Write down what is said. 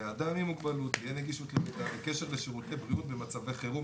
לאדם עם מוגבלות תהיה נגישות לגשת לשירותי בריאות במצבי חירום,